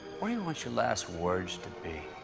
want your last words to be?